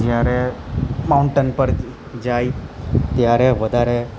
જ્યારે માઉન્ટેન પર જાય ત્યારે વધારે